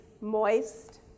moist